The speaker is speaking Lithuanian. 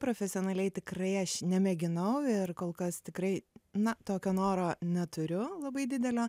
profesionaliai tikrai aš nemėginau ir kol kas tikrai na tokio noro neturiu labai didelio